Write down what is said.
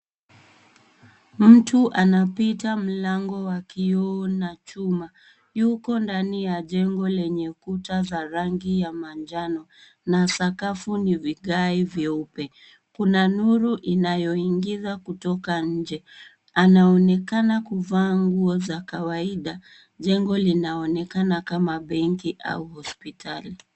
Mtu anapita mlango wa kioo na chuma. Yuko ndani ya jengo lenye kuta za rangi ya manjano na sakafu ni vigae vyeupe, kuna nuru inayoingiza kutoka nje, anaonekana kuvaa nguo za kawaida, jengo linaonekana kama benki au hospitali.